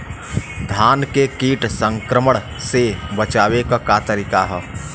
धान के कीट संक्रमण से बचावे क का तरीका ह?